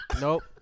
Nope